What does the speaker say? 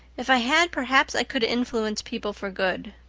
if i had perhaps i could influence people for good.